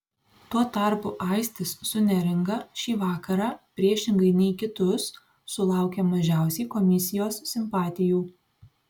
tuo tarpu aistis su neringa šį vakarą priešingai nei kitus sulaukė mažiausiai komisijos simpatijų